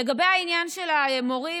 לגבי העניין של המורים,